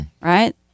Right